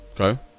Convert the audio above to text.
okay